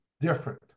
different